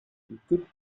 good